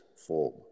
Form